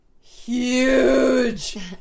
huge